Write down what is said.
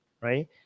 right